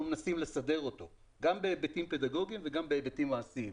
מנסים לסדר אותו גם בהיבטים פדגוגיים וגם בהיבטים מעשיים.